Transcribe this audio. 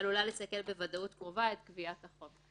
עלולה לסכל בוודאות קרובה את גביית החוב.